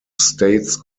states